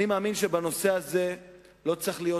אני מאמין שבנושא הזה לא צריכה להיות